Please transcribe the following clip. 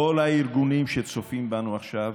כל הארגונים שצופים בנו עכשיו,